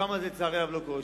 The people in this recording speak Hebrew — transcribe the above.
שם, לצערי הרב, לא קורה.